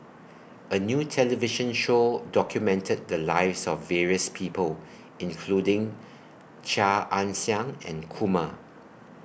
A New television Show documented The Lives of various People including Chia Ann Siang and Kumar